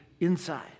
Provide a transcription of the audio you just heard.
inside